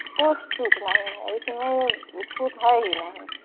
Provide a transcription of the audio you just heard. कुछ छूट नहीं है इसमें छूट है ही नहीं